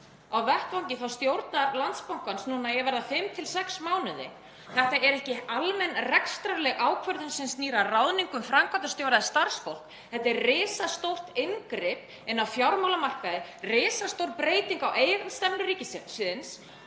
á vettvangi stjórnar Landsbankans í að verða 5–6 mánuði. Þetta er ekki almenn rekstrarleg ákvörðun sem snýr að ráðningu framkvæmdastjóra eða starfsfólks, þetta er risastórt inngrip á fjármálamarkaði, risastór breyting á eigendastefnu ríkisins.